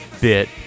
bit